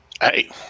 hey